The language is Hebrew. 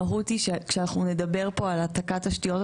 המהות היא כשאנחנו נדבר על העתקת תשתיות,